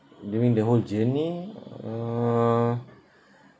during the whole journey uh